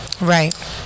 Right